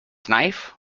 knife